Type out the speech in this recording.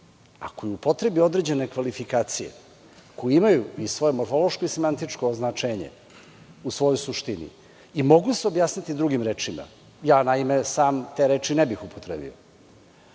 ako upotrebi određene kvalifikacije, koje imaju i svoje morfološko i semantičko značenje u svojoj suštini i mogu se objasniti drugim rečima, ja naime, sam, te reči ne bih upotrebio,